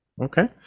Okay